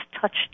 touched